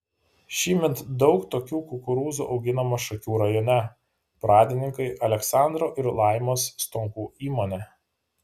šįmet daug tokių kukurūzų auginama šakių rajone pradininkai aleksandro ir laimos stonkų įmonė